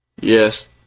Yes